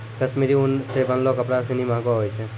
कश्मीरी उन सें बनलो कपड़ा सिनी महंगो होय छै